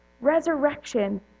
resurrection